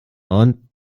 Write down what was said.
und